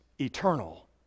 eternal